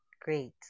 Great